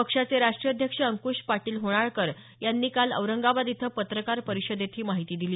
पक्षाचे राष्ट्रीय अध्यक्ष अंकूश पाटील होणाळकर यांनी काल औरंगाबाद इथं पत्रकार परिषदेत ही माहिती दिली